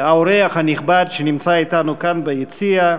האורח הנכבד שנמצא אתנו כאן ביציע,